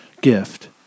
gift